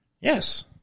Yes